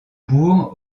bourg